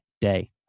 day